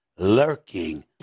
Lurking